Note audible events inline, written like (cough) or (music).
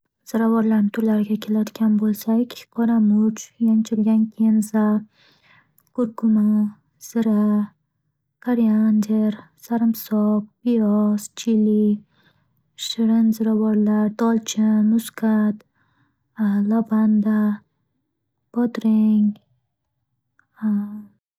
Ziravorlarni turlariga keladigan bo'lsak: qoramurch, yanchilgan kenza, qurquma ,zira, kareander, sarimsoq, piyoz, chili, shirin ziravorlar: dolchin, musqat, (hesitation) lavanda, bodring, (hesitation)